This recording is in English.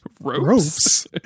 ropes